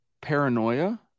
paranoia